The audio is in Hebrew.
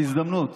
בהזדמנות